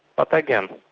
but again,